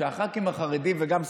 שהח"כים החרדים וגם סמוטריץ',